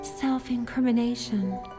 self-incrimination